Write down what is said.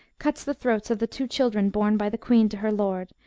cuts the throats of the two children borne by the queen to her lord,